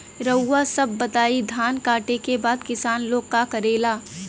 रउआ सभ बताई धान कांटेके बाद किसान लोग का करेला?